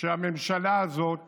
שהממשלה הזאת